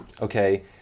Okay